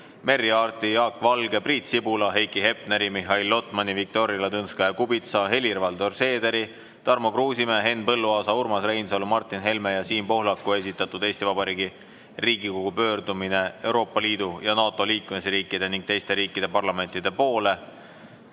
Merry Aarti, Jaak Valge, Priit Sibula, Heiki Hepneri, Mihhail Lotmani, Viktoria Ladõnskaja-Kubitsa, Helir-Valdor Seederi, Tarmo Kruusimäe, Henn Põlluaasa, Urmas Reinsalu, Martin Helme ja Siim Pohlaku esitatud Eesti Vabariigi Riigikogu pöördumine Euroopa Liidu ja NATO liikmesriikide ning teiste riikide parlamentide poole,